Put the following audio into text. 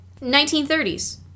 1930s